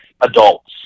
adults